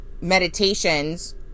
meditations